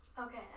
Okay